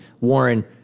Warren